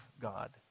God